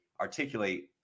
articulate